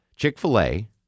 Chick-fil-A